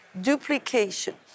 duplication